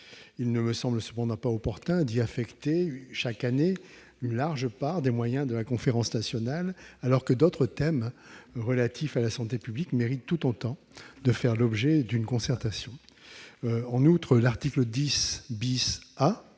Il ne me semble cependant pas opportun d'y affecter chaque année une large part des moyens de la Conférence nationale de santé alors que d'autres thèmes relatifs à la santé publique méritent tout autant de faire l'objet d'une concertation. En outre, l'article 10 A